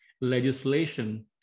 legislation